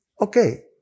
Okay